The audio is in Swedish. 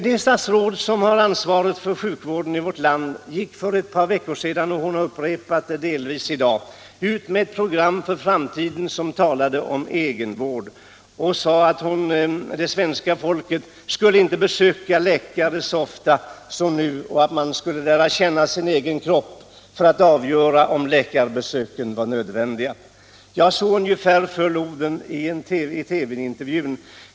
Det statsråd som har ansvaret för sjukvården i vårt land gick för ett par veckor sedan ut med ett program för framtiden — och hon har delvis upprepat det i dag — där hon talade om egenvård. Hon sade att svenska folket inte skulle besöka läkare så ofta som nu och att man borde lära känna sin egen kropp bättre för att kunna avgöra när läkarbesök var nödvändiga. Ja, ungefär så föll orden i en TV-intervju.